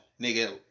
nigga